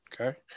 Okay